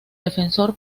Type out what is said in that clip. defensor